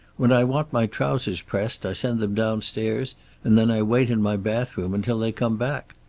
when i want my trousers pressed i send them downstairs and then i wait in my bathrobe until they come back.